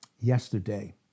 yesterday